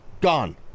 Gone